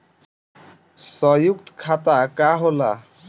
सयुक्त खाता का होला?